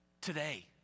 today